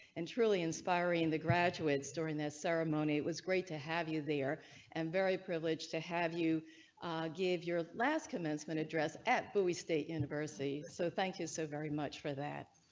and truly inspiring the graduates during this ceremony it was great to have you there and very privileged to have you give your last commencement address at bui state university. so thank you. so very much for that.